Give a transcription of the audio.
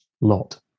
lot